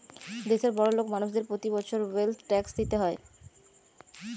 দেশের বড়োলোক মানুষদের প্রতি বছর ওয়েলথ ট্যাক্স দিতে হয়